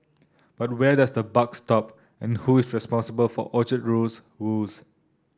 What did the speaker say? but where does the buck stop and who is responsible for Orchard Road's woes